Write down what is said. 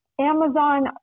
Amazon